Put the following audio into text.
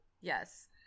Yes